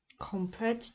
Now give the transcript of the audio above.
compared